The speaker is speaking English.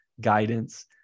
guidance